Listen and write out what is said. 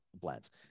blends